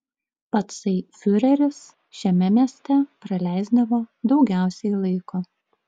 patsai fiureris šiame mieste praleisdavo daugiausiai laiko